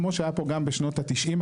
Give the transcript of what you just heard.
כמו שהיה פה גם בשנות ה-90.